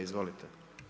Izvolite.